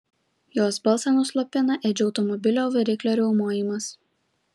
jos balsą nuslopina edžio automobilio variklio riaumojimas